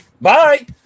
Bye